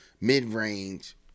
mid-range